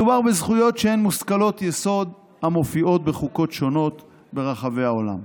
מדובר בזכויות שהן מושכלות יסוד המופיעות בחוקות שונות ברחבי העולם.